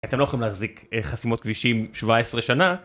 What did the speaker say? אתם לא יכולים להחזיק אה.. חסימות כבישים 17 שנה.